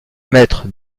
maître